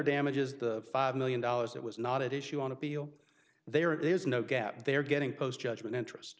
damages the five million dollars that was not at issue on appeal there is no gap they are getting post judgment interest